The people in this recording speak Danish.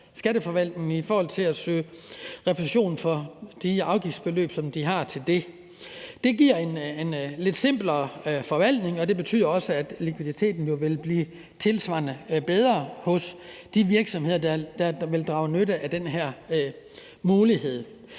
Skatteforvaltningen, når de søger om refusion for de afgiftsbeløb, som de har. Det giver en lidt simplere forvaltning, og det betyder jo også, at likviditeten tilsvarende vil blive bedre hos de virksomheder, der vil drage nytte af den her mulighed.